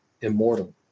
immortal